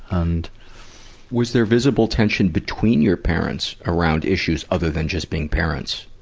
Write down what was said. and was there visible tension between your parents around issues, other than just being parents?